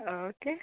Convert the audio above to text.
okay